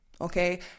Okay